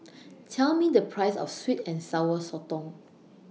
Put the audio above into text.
Tell Me The Price of Sweet and Sour Sotong